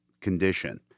condition